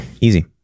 Easy